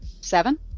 seven